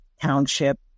township